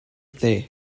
dde